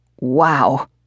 Wow